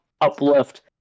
uplift